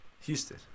Houston